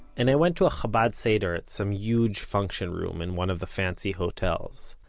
and i went to a chabad seder at some huge function room in one of the fancy hotels.